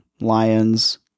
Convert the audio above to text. lions